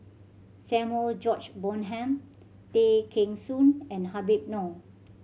Samuel George Bonham Tay Kheng Soon and Habib Noh